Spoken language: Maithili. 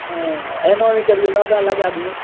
हँ एना नहि करियौ नब्बे लगा दियौ